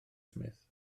smith